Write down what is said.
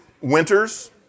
winters